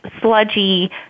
sludgy